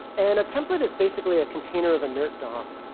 and a template is basically a container of inert dom.